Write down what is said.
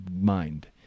mind